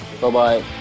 Bye-bye